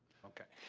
okay.